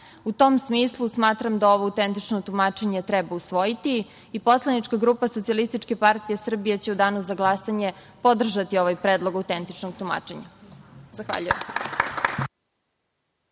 tom smislu, smatram da ovo autentično tumačenje treba usvojiti i poslanička grupa SPS će u Danu za glasanje podržati ovaj Predlog autentičnog tumačenja. Zahvaljujem.